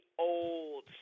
old